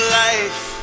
life